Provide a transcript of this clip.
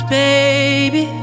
baby